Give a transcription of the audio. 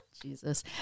Jesus